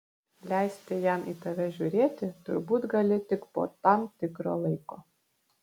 leisti jam į tave žiūrėti turbūt gali tik po tam tikro laiko